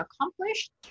accomplished